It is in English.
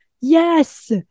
Yes